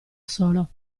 solo